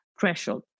threshold